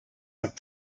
have